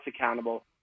accountable